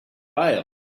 bail